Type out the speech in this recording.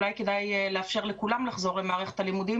אולי כדאי לאפשר לכולם לחזור למערכת הלימודים